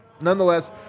nonetheless